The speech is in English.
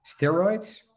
steroids